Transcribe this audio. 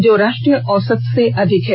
जो राष्ट्रीय औसत से अधिक है